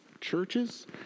churches